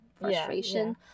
frustration